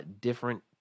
different